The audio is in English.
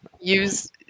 use